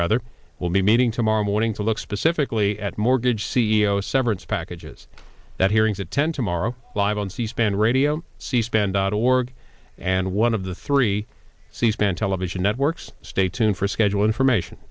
right will be meeting tomorrow morning to look specifically at mortgage c e o severance packages that hearings attend tomorrow live on c span radio c span dot org and one of the three c span television networks stay tuned for schedule information